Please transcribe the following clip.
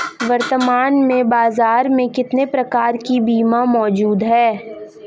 वर्तमान में बाज़ार में कितने प्रकार के बीमा मौजूद हैं?